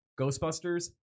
Ghostbusters